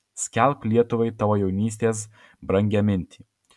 skelbk lietuvai tavo jaunystės brangią mintį